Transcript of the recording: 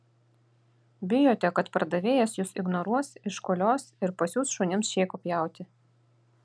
bijote kad pardavėjas jus ignoruos iškolios ir pasiųs šunims šėko pjauti